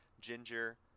Ginger